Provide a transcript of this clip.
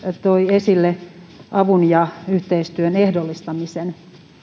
toi esille avun ja yhteistyön ehdollistamisen